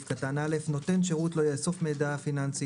25. (א) נותן שירות לא יאסוף מידע פיננסי,